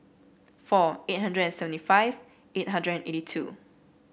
four eight hundred and seventy five eight hundred and eighty two